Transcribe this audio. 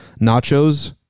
Nachos